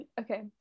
Okay